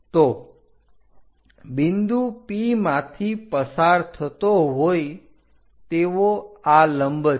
તો બિંદુ P માંથી પસાર થતો હોય તેવો અ લંબ છે